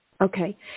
Okay